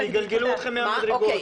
יגלגלו אתכם מהמדרגות.